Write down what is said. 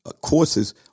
courses